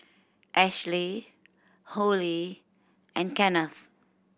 Ashley Hollie and Kenneth